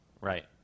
Right